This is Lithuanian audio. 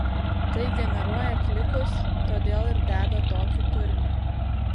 tai generuoja klikus todėl ir deda tokį turinį